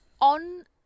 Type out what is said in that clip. on